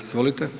Izvolite.